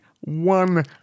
one